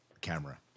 camera